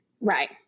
Right